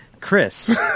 Chris